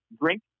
drink